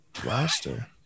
blaster